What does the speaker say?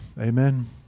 amen